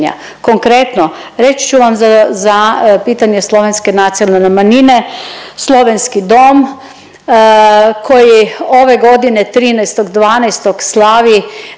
Konkretno reći ću vam za pitanje slovenske nacionalne manjine, Slovenski dom koji ove godine 13.12. slavi